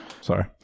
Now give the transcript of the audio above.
Sorry